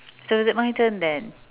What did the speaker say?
so is it my turn then